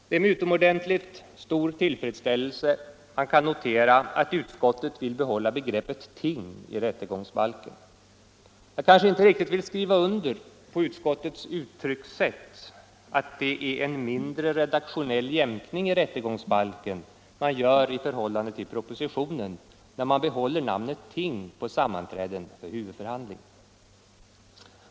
Det är med utomordentligt stor tillfredsställelse jag noterar att utskottet vill behålla begreppet ting i rättegångsbalken. Jag kanske inte riktigt vill skriva under på utskottets uttryckssätt att det är en mindre redaktionell jämkning i rättegångsbalken man gör i förhållande till propositionen när man behåller namnet ting på sammanträden för huvudförhandling.